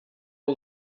all